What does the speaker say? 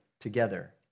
together